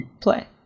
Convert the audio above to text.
Play